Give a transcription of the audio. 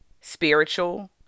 spiritual